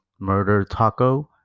MurderTaco